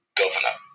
governor